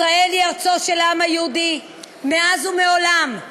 ישראל היא ארצו של העם היהודי מאז ומעולם.